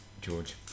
George